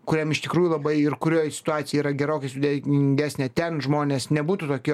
kuriam iš tikrųjų labai ir kurio situacija yra gerokai sudėtingesnė ten žmonės nebūtų tokie